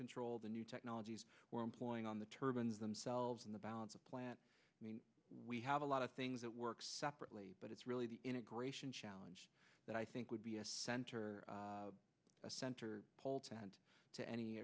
control the new technologies or employing on the turbans themselves in the balance of plant i mean we have a lot of things that work separately but it's really the integration challenge that i think would be a center a center pole to add to any